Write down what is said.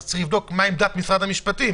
אז צריך לבדוק מה עמדת משרד המשפטים.